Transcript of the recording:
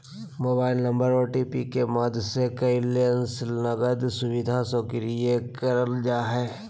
mobile number OTP के माध्यम से कार्डलेस नकद सुविधा सक्रिय करल जा हय